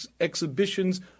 exhibitions